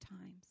times